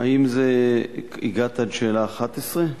האם הגעת עד שאלה 11?